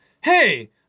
hey